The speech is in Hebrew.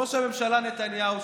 ראש הממשלה נתניהו,